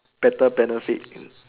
better benefits